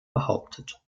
behauptet